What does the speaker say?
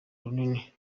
runini